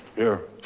here.